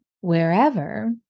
wherever